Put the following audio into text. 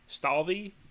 Stalvey